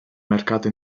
mercato